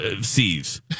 sees